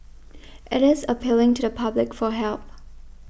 it is appealing to the public for help